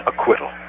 acquittal